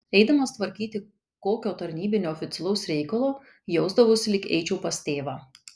eidamas tvarkyti kokio tarnybinio oficialaus reikalo jausdavausi lyg eičiau pas tėvą